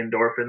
endorphins